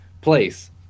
place –